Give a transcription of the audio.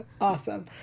Awesome